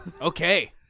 Okay